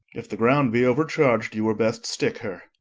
if the ground be overcharg'd, you were best stick her.